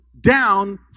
down